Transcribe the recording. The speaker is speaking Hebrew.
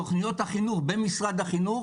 תוכניות החינוך במשרד החינוך,